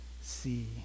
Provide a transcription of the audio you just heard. see